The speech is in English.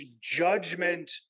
judgment